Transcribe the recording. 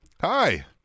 hi